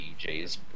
DJ's